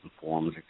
forms